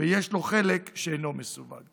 ויש לו חלק שאינו מסווג.